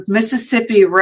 Mississippi